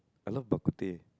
I love bak-kut-teh